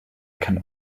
can